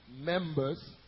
members